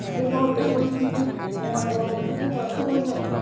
गसाइगाव सेरफांगुरि बङाइगाव बेफोरखौ गाखोबानो जाबाय